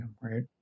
right